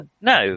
No